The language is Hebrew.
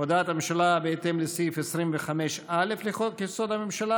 הודעת הממשלה בהתאם לסעיף 25(א) לחוק-יסוד: הממשלה